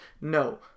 No